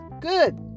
good